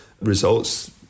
results